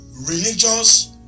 religious